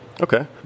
Okay